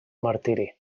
martiri